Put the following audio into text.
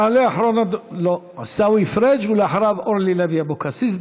יעלה עיסאווי פריג', ואחריו, אורלי לוי אבקסיס.